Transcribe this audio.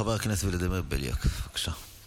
חבר הכנסת ולדימיר בליאק, בבקשה.